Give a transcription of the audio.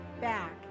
back